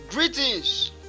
Greetings